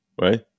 right